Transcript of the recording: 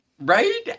right